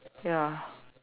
ya